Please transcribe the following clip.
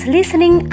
Listening